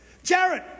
Jared